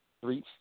three